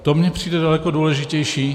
To mi přijde daleko důležitější.